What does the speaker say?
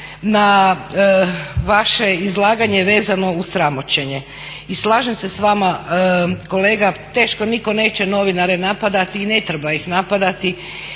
na vaše izlaganje vezano uz sramoćenje i slažem se s vama kolega teško, nitko neće novinare napadati i ne treba ih napadati.